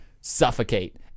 suffocate